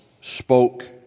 spoke